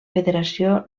federació